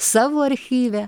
savo archyve